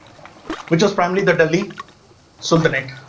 which was primly the delhi sultanate.